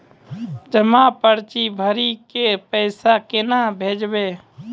जमा पर्ची भरी के पैसा केना भेजबे?